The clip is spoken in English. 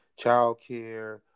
childcare